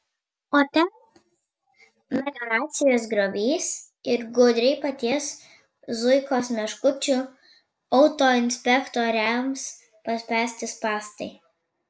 o ten melioracijos griovys ir gudriai paties zuikos meškučių autoinspektoriams paspęsti spąstai